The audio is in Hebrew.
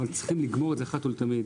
אבל צריך לגמור את זה אחת ולתמיד,